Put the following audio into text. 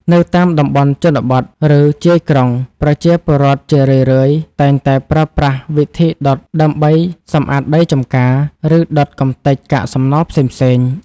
នៅតាមតំបន់ជនបទ ឬជាយក្រុង ប្រជាពលរដ្ឋជារឿយៗតែងតែប្រើប្រាស់វិធីដុតដើម្បីសម្អាតដីចម្ការ ឬដុតកម្ទេចកាកសំណល់ផ្សេងៗ។